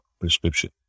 prescription